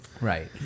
Right